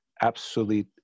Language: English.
absolute